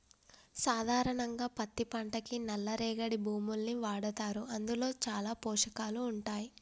సాధారణంగా పత్తి పంటకి నల్ల రేగడి భూముల్ని వాడతారు అందులో చాలా పోషకాలు ఉంటాయి